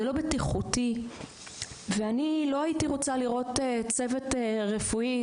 זה לא בטיחותי ואני לא הייתי רוצה לראות צוות רפואי,